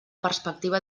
perspectiva